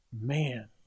Man